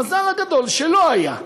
המזל הגדול, שלא היה,